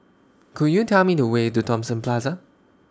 Could YOU Tell Me The Way to Thomson Plaza